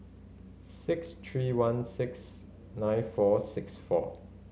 six three one six nine four six four